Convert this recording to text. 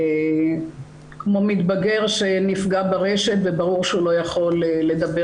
כמו מתבגר שנפגע ברשת וברור שהוא לא יכול לדבר